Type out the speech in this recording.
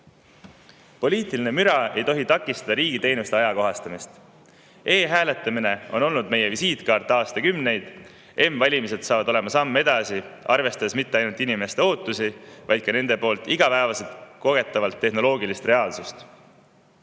Poliitiline müra ei tohi takistada riigi teenuste ajakohastamist. E-hääletamine on olnud meie visiitkaart aastakümneid, m-valimised on samm edasi, arvestades mitte ainult inimeste ootusi, vaid ka seda, et tehnoloogiline reaalsus